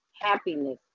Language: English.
happiness